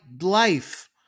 life